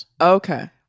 Okay